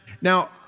Now